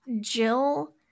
jill